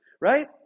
Right